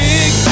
Big